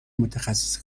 متخصص